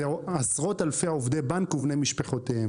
זה עשרות אלפי עובדי בנק ובני משפחותיהם,